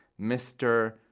Mr